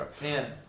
Man